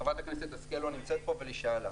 חברת השכל לא נמצאת פה אבל היא שאלה.